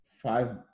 five